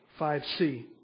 5C